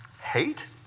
hate